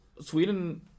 Sweden